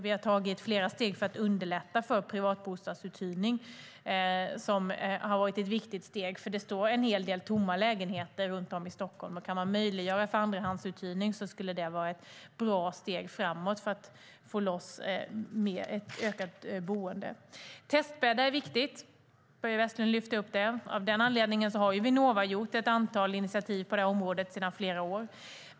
Vi har tagit flera steg för att underlätta privatbostadsuthyrning, vilket är viktigt. En hel del lägenheter står tomma runt om i Stockholm, och om man kan möjliggöra för andrahandsuthyrning är det ett bra steg framåt för att få ett ökat antal bostäder. Börje Vestlund lyfter fram testbäddar, som är viktigt. Vinnova har under flera år tagit ett antal initiativ på området.